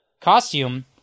costume